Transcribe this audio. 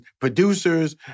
producers